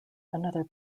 another